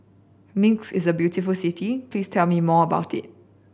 Minsk is a beautiful city Please tell me more about it